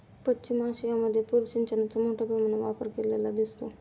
पश्चिम आशियामध्ये पूर सिंचनाचा मोठ्या प्रमाणावर वापर केलेला दिसतो